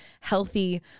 healthy